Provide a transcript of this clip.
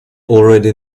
already